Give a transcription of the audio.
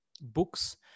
books